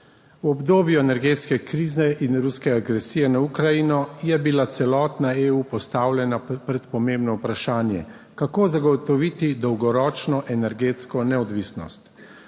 V obdobju energetske krize in ruske agresije na Ukrajino je bila celotna EU postavljena pred pomembno vprašanje, kako zagotoviti dolgoročno energetsko neodvisnost.